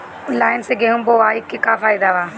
Line से गेहूं बोआई के का फायदा बा?